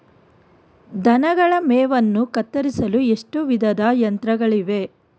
ದನಗಳ ಮೇವನ್ನು ಕತ್ತರಿಸಲು ಎಷ್ಟು ವಿಧದ ಯಂತ್ರಗಳಿವೆ?